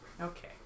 Okay